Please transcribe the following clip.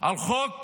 על חוק